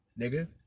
nigga